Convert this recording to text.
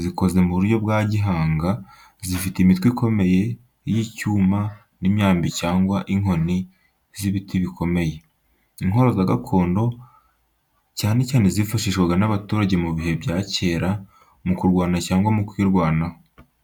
Zikoze mu buryo bwa gihanga, zifite imitwe ikomeye y’icyuma n’imyambi cyangwa inkoni z’ibiti bikomeye. Intwaro za gakondo, cyane cyane izifashishwaga n’abaturage mu bihe bya kera mu kurwana cyangwa mu kwirwanaho.